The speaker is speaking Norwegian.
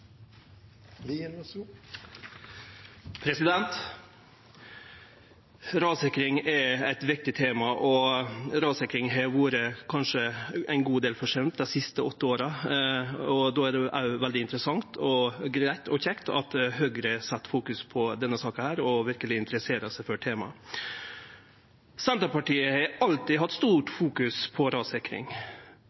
eit viktig tema. Rassikring har vore kanskje ein god del forsømt dei siste åtte åra. Då er det òg veldig interessant og greitt og kjekt at Høgre set denne saka i fokus og verkeleg interesserer seg for temaet. Senterpartiet har alltid fokusert mykje på rassikring,